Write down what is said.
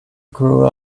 grew